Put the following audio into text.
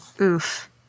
Oof